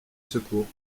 secours